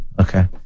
Okay